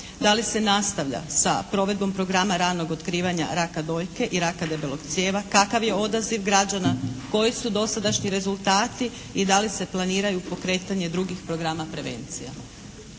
Da li se nastavlja sa provedbom programa ranog otkrivanja raka dojke i raka debelog crijeva, kakav je odaziv građana, koji su dosadašnji rezultati i da li se planiraju pokretanje drugih programa prevencija.